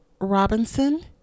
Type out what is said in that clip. Robinson